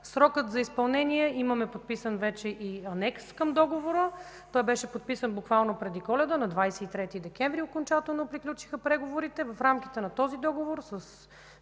Срокът за изпълнение – вече имаме и подписан анекс към договора, той беше подписан буквално преди Коледа, на 23 декември окончателно приключиха преговорите, в рамките на този договор с